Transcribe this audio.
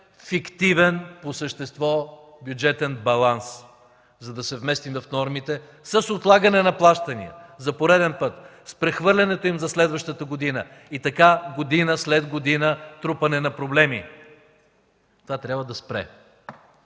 фиктивен по същество бюджетен баланс, за да се вместят в нормите, с отлагане на плащания, за пореден път, с прехвърлянето им за следващата година. И така година след година трупане на проблеми – това трябва да спре.